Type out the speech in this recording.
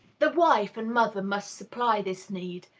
the wife and mother must supply this need,